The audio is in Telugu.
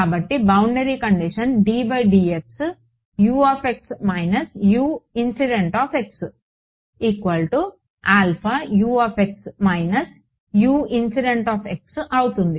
కాబట్టి boundary condition ddxU Uin U Uin అవుతుంది